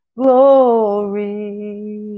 glory